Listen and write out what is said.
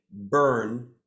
burn